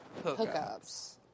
hookups